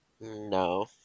No